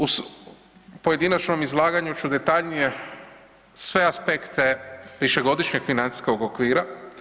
U pojedinačnom izlaganju ću detaljnije sve aspekte višegodišnjeg financijskog okvira.